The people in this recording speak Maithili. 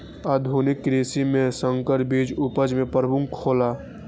आधुनिक कृषि में संकर बीज उपज में प्रमुख हौला